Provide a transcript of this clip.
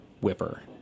whipper